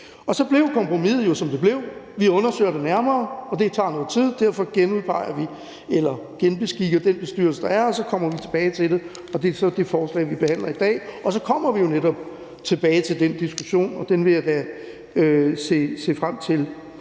Så blev kompromiset jo, som det blev: Vi undersøger det nærmere. Og det tager noget tid, og derfor genbeskikker vi den bestyrelse, der er, og så kommer vi tilbage til det. Det er så det forslag, vi behandler i dag. Og så kommer vi jo netop tilbage til den diskussion, og den vil jeg da se frem til